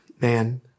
man